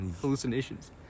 Hallucinations